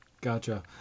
gotcha